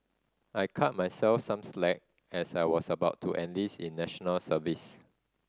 I cut myself some slack as I was about to enlist in National Service